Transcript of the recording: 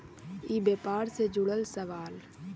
ई व्यापार से जुड़ल सवाल?